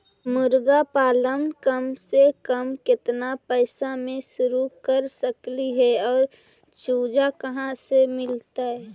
मरगा पालन कम से कम केतना पैसा में शुरू कर सकली हे और चुजा कहा से मिलतै?